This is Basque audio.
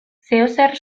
zeozer